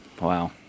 Wow